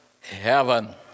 heaven